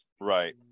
Right